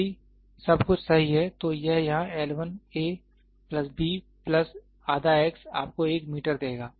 यदि सब कुछ सही है तो यह यहां L 1 a plus b plus आधा x आपको 1 मीटर देगा